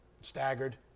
staggered